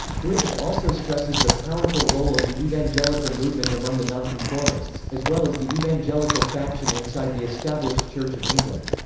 briggs also stresses the powerful role of the evangelical movement among the nonconformists, as well as the evangelical faction inside the established church of england.